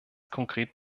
konkret